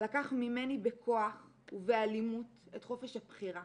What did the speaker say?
לקח ממני בכוח ובאלימות את חופש הבחירה